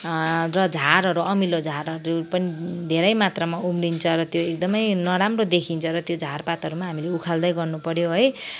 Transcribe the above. र झारहरू अमिलो झारहरू पनि धेरै मात्रामा उम्रिन्छ र त्यो एकदमै नराम्रो देखिन्छ र त्यो झारपातहरूमा हामीले उखाल्दै गर्नुपऱ्यो है